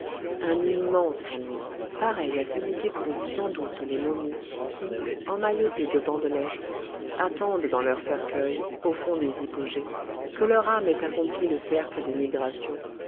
un immense ennui pareil à celui qu'éprouvent sans doute les momies qui emmaillotées de bandelettes attendent dans leurs cercueils au fond des hypogées que leur âme ait accompli le cercle des migrations